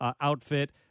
outfit